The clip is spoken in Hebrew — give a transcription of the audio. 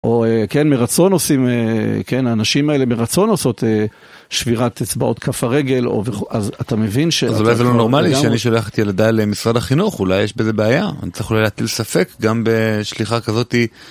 או כן, מרצון עושים, כן, הנשים האלה מרצון עושות שבירת אצבעות כף הרגל, אז אתה מבין ש... אז אולי זה לא נורמלי שאני שלחתי את ילדיי למשרד החינוך, אולי יש בזה בעיה, אני צריך אולי להטיל ספק, גם בשליחה כזאתי...